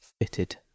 fitted